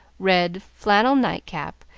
red flannel night-cap,